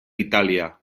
italia